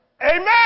Amen